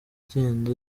agenda